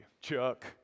Chuck